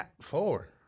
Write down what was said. Four